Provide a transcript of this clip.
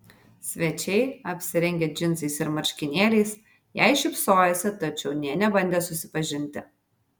svečiai apsirengę džinsais ir marškinėliais jai šypsojosi tačiau nė nebandė susipažinti